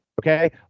okay